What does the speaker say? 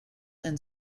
and